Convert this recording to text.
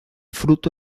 fruto